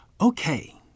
Okay